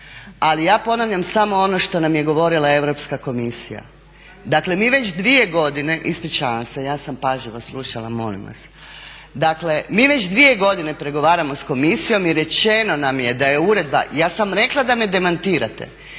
Ali ja ponavljam samo ono što nam je govorila Europska komisija. Dakle, mi već dvije godine, ispričavam se ja sam pažljivo slušala molim vas dakle mi već dvije godine pregovaramo sa komisijom i rečeno nam je da je uredba, ja sam rekla da me demantirate